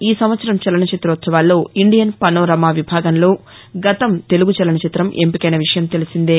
ఈ సంవత్సరం చలనచిత్రోత్సవాల్లో ఇండియన్ పనోరమా విభాగంలో గతం తెలుగు చలనచిత్రం ఎంపికైన విషయం తెలిసిందే